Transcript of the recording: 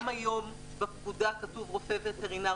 גם היום כתוב בפקודה "רופא וטרינר